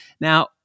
Now